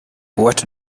what